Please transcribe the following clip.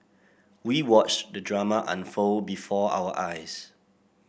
we watched the drama unfold before our eyes